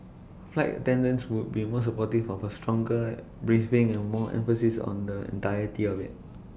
flight attendants would be supportive of A stronger briefing and more emphasis on the entirety of IT